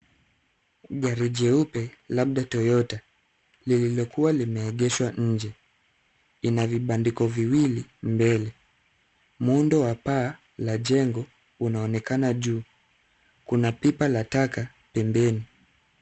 Gari jeupe labda Toyota lililokua limegeshwa nje. Ina vibandiko viwili, mbele. muundo wa paa la jengo unaonekana juu. Kuna pipa la taka pembeni.